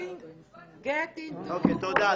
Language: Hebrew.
תודה.